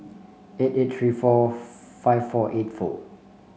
eight eight three four five four eight four